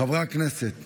חברי הכנסת,